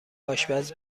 آشپز